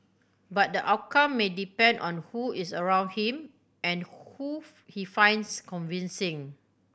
but the outcome may depend on who is around him and who he finds convincing